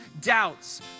doubts